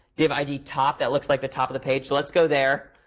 div id top, that looks like the top of the page. so let's go there.